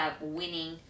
winning